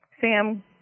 Sam